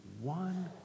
one